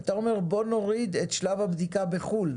אתה אומר: בואו נוריד את שלב הבדיקה בחו"ל?